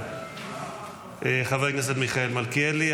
חבר הכנסת מיכאל מלכיאלי.